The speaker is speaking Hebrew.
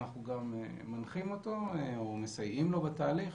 אנחנו גם מנחים אותו או מסייעים לו בתהליך.